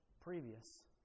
previous